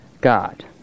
God